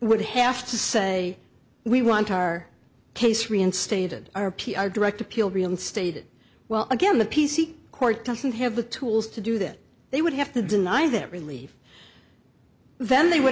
would have to say we want our case reinstated r p our direct appeal being stated well again the p c court doesn't have the tools to do this they would have to deny that relief then they would